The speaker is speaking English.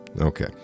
okay